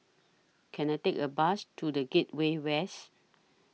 Can I Take A Bus to The Gateway West